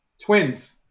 Twins